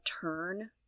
turn